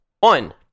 One